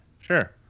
sure